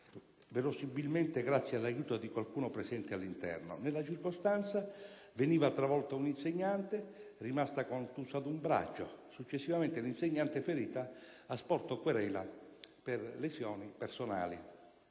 (verosimilmente grazie all'aiuto di qualcuno presente all'interno). Nella circostanza veniva travolta un'insegnante, rimasta contusa ad un braccio. Successivamente, l'insegnante ferita ha sporto querela per lesioni personali.